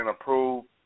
approved